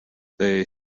they